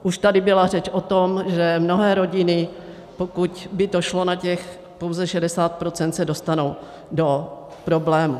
Už tady byla řeč o tom, že mnohé rodiny, pokud by to šlo na těch pouze 60 %, se dostanou do problémů.